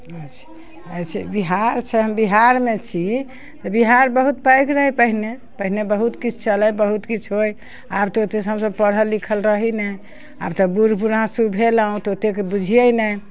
बिहार छै हम बिहारमे छी तऽ बिहार बहुत पैघ रहै पहिने पहिने बहुत किछु चलै बहुत किछु होइ आब तऽ ओतेक हमसभ पढ़ल लिखल रही नहि आब तऽ बुढ़ बुढ़ासु भेलहुँ तऽ ओतेक बुझियै नहि